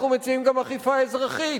אנחנו מציעים גם אכיפה אזרחית,